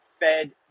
Fed